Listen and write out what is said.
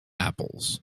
apples